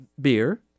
Beer